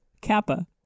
Kappa